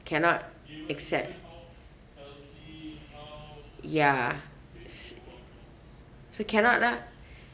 cannot accept ya s~ so cannot lah